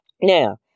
Now